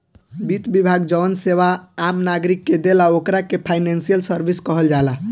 वित्त विभाग जवन सेवा आम नागरिक के देला ओकरा के फाइनेंशियल सर्विस कहल जाला